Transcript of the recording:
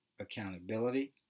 accountability